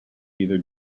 either